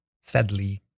sadly